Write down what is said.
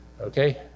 okay